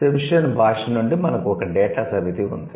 సిమ్షియన్ భాష నుండి మనకు ఒక డేటా సమితి ఉంది